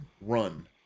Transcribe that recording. run